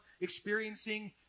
experiencing